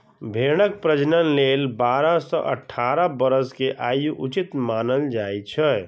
भेड़क प्रजनन लेल बारह सं अठारह वर्षक आयु उचित मानल जाइ छै